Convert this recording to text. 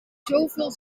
zoveel